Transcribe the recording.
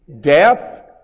death